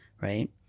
right